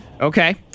Okay